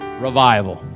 Revival